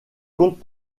compte